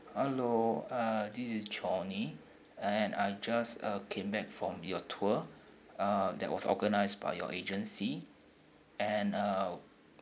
hello uh this is johnny and I just uh came back from your tour uh that was organised by your agency and uh